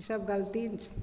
इसभ गलती ने छै